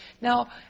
Now